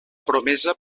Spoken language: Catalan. promesa